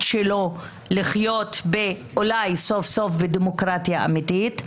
שלו לחיות אולי סוף-סוף בדמוקרטיה אמיתית,